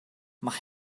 mae